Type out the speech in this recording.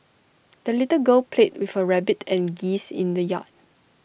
the little girl played with her rabbit and geese in the yard